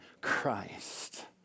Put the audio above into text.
Christ